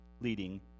leading